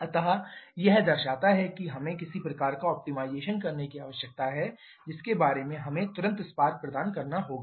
अतः यह दर्शाता है कि हमें किसी प्रकार का ऑप्टिमाइजेशन करने की आवश्यकता है जिसके बारे में हमें तुरंत स्पार्क प्रदान करना होगा